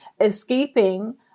escaping